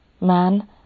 Man